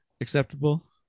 acceptable